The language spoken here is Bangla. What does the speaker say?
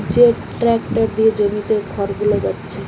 যে ট্যাক্টর দিয়ে জমিতে খড়গুলো পাচ্ছে